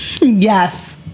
Yes